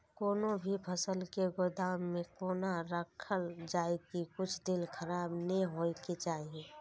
कोनो भी फसल के गोदाम में कोना राखल जाय की कुछ दिन खराब ने होय के चाही?